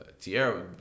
Tierra